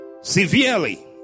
severely